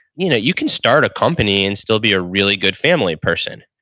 you know you can start a company and still be a really good family person.